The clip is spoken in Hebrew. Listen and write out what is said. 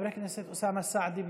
חבר הכנסת אוסאמה סעדי,